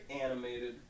animated